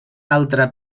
altra